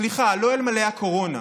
סליחה, לא אלמלא הקורונה,